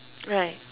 right